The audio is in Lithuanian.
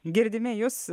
girdime jus